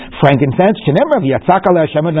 frankincense